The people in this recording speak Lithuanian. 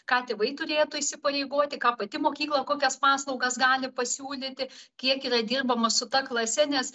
ką tėvai turėtų įsipareigoti ką pati mokykla kokias paslaugas gali pasiūlyti kiek yra dirbama su ta klase nes